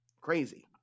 crazy